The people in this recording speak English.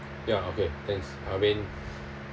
ya okay as I mean